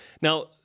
Now